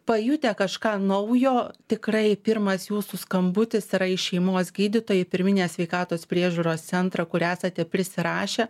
pajutę kažką naujo tikrai pirmas jūsų skambutis yra į šeimos gydytojai pirminės sveikatos priežiūros centrą kur esate prisirašę